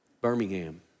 Birmingham